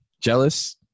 jealous